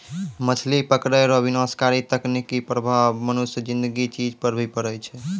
मछली पकड़ै रो विनाशकारी तकनीकी प्रभाव मनुष्य ज़िन्दगी चीज पर भी पड़ै छै